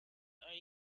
are